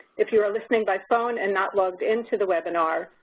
if you're listening by phone and not logged into the webinar,